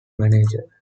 manager